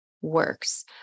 Works